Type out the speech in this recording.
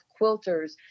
quilters